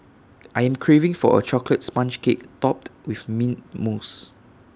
I am craving for A Chocolate Sponge Cake Topped with Mint Mousse